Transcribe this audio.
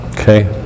Okay